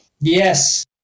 yes